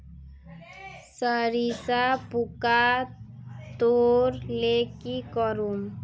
सरिसा पूका धोर ले की करूम?